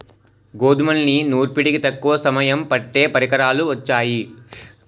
గోధుమల్ని నూర్పిడికి తక్కువ సమయం పట్టే పరికరాలు వొచ్చాయి